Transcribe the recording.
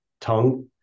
tongue